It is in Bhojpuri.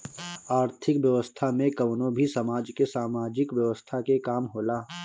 आर्थिक व्यवस्था में कवनो भी समाज के सामाजिक व्यवस्था के काम होला